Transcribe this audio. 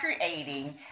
creating